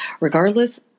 regardless